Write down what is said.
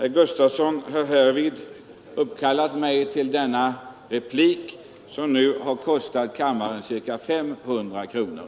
Herr Gustafson i Göteborg har uppkallat mig till denna replik, som nu kostat kammaren ca 500 kronor.